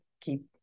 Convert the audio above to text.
keep